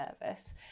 nervous